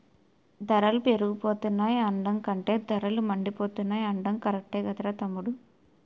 ధరలు పెరిగిపోతున్నాయి అనడం కంటే ధరలు మండిపోతున్నాయ్ అనడం కరెక్టురా తమ్ముడూ